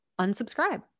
unsubscribe